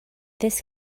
this